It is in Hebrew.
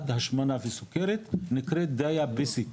שמכלילה השמנת יתר וסוכרת ונקראת דיאביטית,